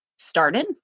started